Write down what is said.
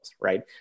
right